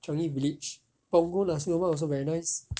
changi village punggol nasi lemak also very nice